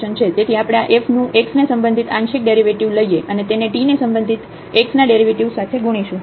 તેથી આપણે આ f નું x ને સંબંધિત આંશિક ડેરિવેટિવ લઈએ અને તેને t ને સંબંધિત x ના ડેરિવેટિવ સાથે ગુણીશું